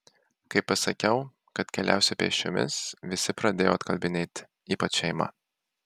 kai pasakiau kad keliausiu pėsčiomis visi pradėjo atkalbinėti ypač šeima